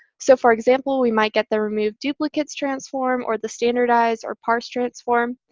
so for example, we might get the remove duplicates transform or the standardize or parse transform.